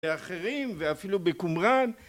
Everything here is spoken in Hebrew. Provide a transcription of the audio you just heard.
לאחרים ואפילו בקומראן